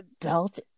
belt